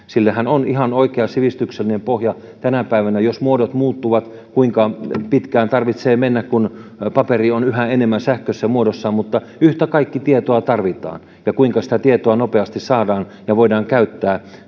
sillehän on ihan oikea sivistyksellinen pohja tänä päivänä jos muodot muuttuvatkin kuinka pitkään tarvitsee mennä kun paperi on yhä enemmän sähköisessä muodossa yhtä kaikki tietoa tarvitaan ja se kuinka sitä tietoa nopeasti saadaan ja voidaan käyttää